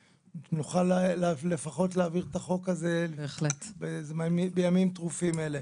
ונוכל לפחות להעביר את החוק הזה בימים טרופים אלה.